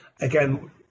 again